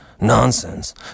Nonsense